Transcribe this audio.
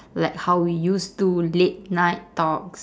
like how we used to late night talks